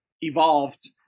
evolved